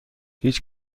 هیچ